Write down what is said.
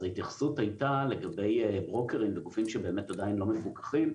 אז ההתייחסות הייתה לגבי ברוקרים וגופים שבאמת עדיין לא מפקוחים,